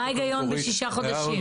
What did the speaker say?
מה ההיגיון בשישה חודשים?